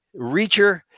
Reacher